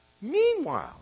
meanwhile